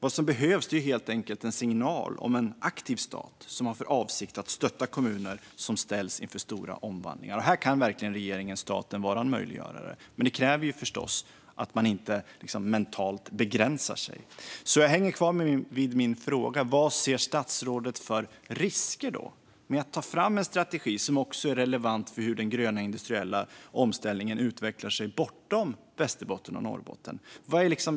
Vad som behövs är en signal om en aktiv stat som har för avsikt att stötta kommuner som står inför stor omvandling. Här kan verkligen regering och stat vara en möjliggörare, men det kräver förstås att man inte mentalt begränsar sig. Min fråga kvarstår: Vad ser statsrådet för risker med att ta fram en strategi som också är relevant för hur den gröna industriella omställningen utvecklar sig bortom Västerbotten och Norrbotten?